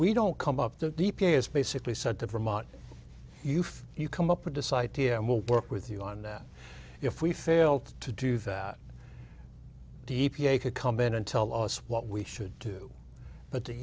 we don't come up the e p a is basically said to vermont yoof you come up with this idea and we'll work with you on that if we fail to do that the e p a could come in and tell us what we should do but the